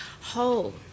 whole